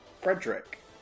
Frederick